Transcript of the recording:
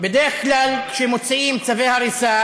בדרך כלל כשמוציאים צווי הריסה